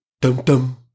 Dum-dum